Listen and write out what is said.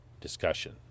discussion